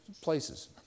places